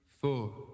four